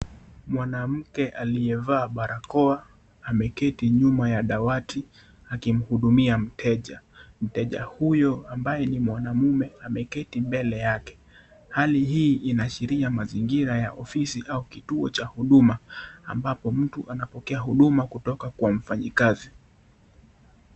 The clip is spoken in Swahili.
Mwanamke aliyevaa barakoa ameketi nyuma ya dawati akimhudumia mteja. Mteja huyo ambaye ni mwanamume ameketi mbele yake. Hali hii inaashiria mazingira ya ofisi au kituo cha huduma. Ambapo mtu anapokea huduma kutoka kwa mfanyikazi.